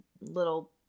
little